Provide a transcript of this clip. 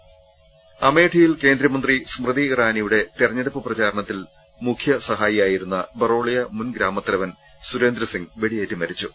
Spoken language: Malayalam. ് അമേഠിയിൽ കേന്ദ്രമന്ത്രി സ്മൃതി ഇറാനിയുടെ തെരഞ്ഞെടുപ്പ് പ്രചാരണത്തിൽ മുഖ്യ സഹായിയായിരുന്ന ബറോളിയ മുൻ ഗ്രാമത്തല വൻ സുരേന്ദ്രസിംഗ് വെടിയേറ്റ് മരിച്ചു